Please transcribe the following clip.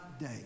day